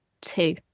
two